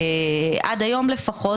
עד היום לפחות,